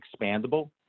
expandable